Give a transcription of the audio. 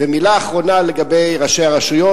ומלה אחרונה לגבי ראשי הרשויות.